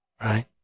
right